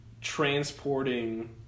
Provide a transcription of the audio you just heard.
transporting